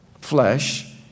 Flesh